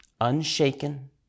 unshaken